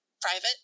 private